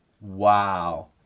Wow